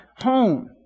home